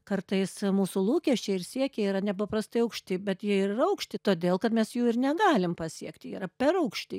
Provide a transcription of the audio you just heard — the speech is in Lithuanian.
kartais mūsų lūkesčiai ir siekiai yra nepaprastai aukšti bet jie ir yra aukšti todėl kad mes jų ir negalim pasiekti jie yra per aukšti